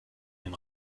den